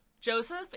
Joseph